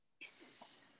yes